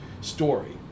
story